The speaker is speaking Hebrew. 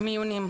מיונים,